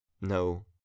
No